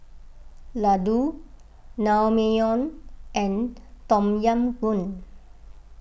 Ladoo Naengmyeon and Tom Yam Goong